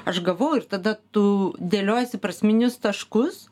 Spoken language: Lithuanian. aš gavau ir tada tu dėliojiesi prasminius taškus